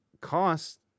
cost